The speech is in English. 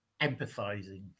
empathizing